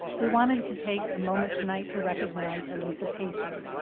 we wanted to take a moment tonight to recognize alisa pacer.